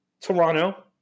Toronto